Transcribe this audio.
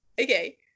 okay